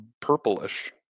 purplish